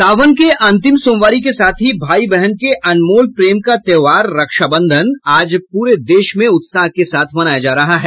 सावन के अंतिम सोमवारी के साथ ही भाई बहन के अनमोल प्रेम का त्योहार रक्षाबंधन आज पूरे देश में उत्साह के साथ मनाया जा रहा है